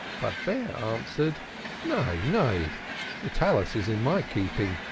but bear answered nay, nay the talith is in my keeping,